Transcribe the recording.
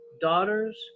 Daughters